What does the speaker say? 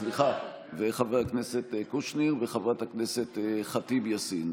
חבר הכנסת קושניר וחברת הכנסת ח'טיב יאסין.